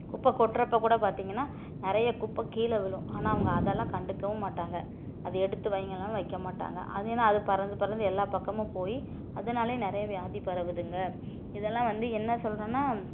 குப்பை கொட்டுறப்ப கூட பார்த்தீங்கனா நிறைய குப்பை கிழே விழும் ஆனால் அவங்க அதலாம் கண்டுக்கவும் மாட்டாங்க அதை எடுத்துவைங்கனாலும் வைக்கமாட்டாங்க ஏன்னா அது பறந்து பறந்து எல்லா பக்கமும் போய் அதனாலயே நிறைய வியாதி பரவுதுங்க இதெல்லாம் வந்து என்ன சொல்றதுனா